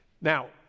Now